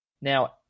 Now